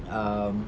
um